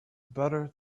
better